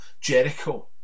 Jericho